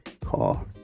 car